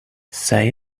say